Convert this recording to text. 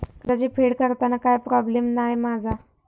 कर्जाची फेड करताना काय प्रोब्लेम नाय मा जा?